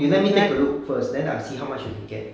you let me take a look first then I'll see how much you can get